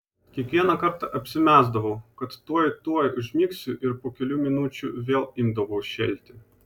kiekvieną kartą apsimesdavau kad tuoj tuoj užmigsiu ir po kelių minučių vėl imdavau šėlti